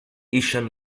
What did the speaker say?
ixen